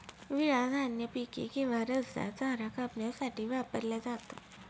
विळा धान्य पिके किंवा रसदार चारा कापण्यासाठी वापरला जातो